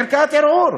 היא ערכאת ערעור.